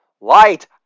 light